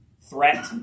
threat